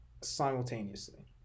simultaneously